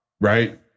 right